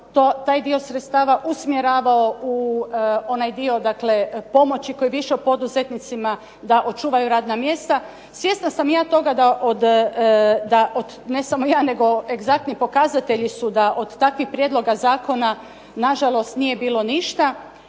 taj dio sredstava usmjeravao u onaj dio pomoći koji bi išao poduzetnicima da očuvaju radna mjesta. Svjesna sam ja toga da od, ne samo ja nego egzaktni pokazatelji su da od takvih prijedloga zakona nažalost nije bilo ništa.